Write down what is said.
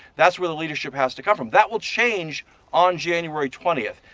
that's where the leadership has to come from. that will change on january twentieth.